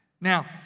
Now